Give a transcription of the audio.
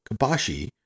Kabashi